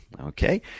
Okay